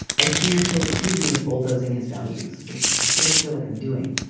i fear he'll accuse me of bulldozing his values, which i sort of feel like i'm doing.